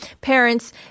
parents